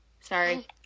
Sorry